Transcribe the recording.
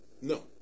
No